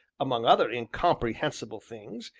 among other incomprehensible things,